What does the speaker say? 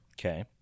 Okay